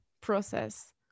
process